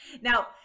now